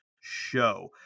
show